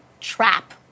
trap